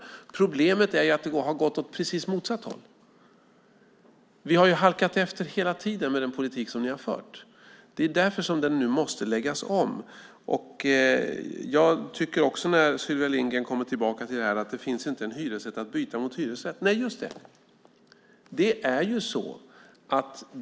Problemet är att det har gått åt precis motsatt håll. Vi har halkat efter hela tiden med den politik ni har fört. Det är därför den nu måste läggas om. Sylvia Lindgren kommer tillbaka till att det inte finns en hyresrätt att byta mot hyresrätt. Nej, just det.